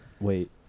Wait